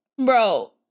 Bro